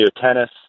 tennis